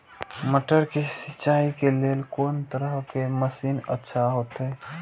मटर के सिंचाई के लेल कोन तरह के मशीन अच्छा होते?